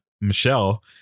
michelle